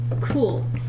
Cool